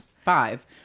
five